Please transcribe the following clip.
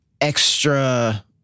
extra